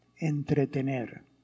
Entretener